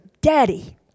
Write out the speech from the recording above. daddy